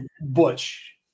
Butch